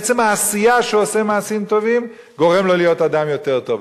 עצם העשייה שהוא עושה מעשים טובים גורמת לו להיות אדם יותר טוב.